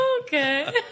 Okay